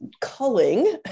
culling